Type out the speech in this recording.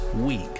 week